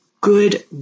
good